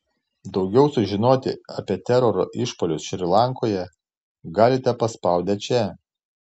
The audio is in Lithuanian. daugiau sužinoti apie teroro išpuolius šri lankoje galite paspaudę čia